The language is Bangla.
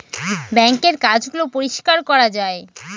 বাঙ্কের কাজ গুলো পরিষ্কার করা যায়